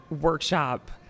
workshop